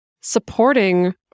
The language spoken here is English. supporting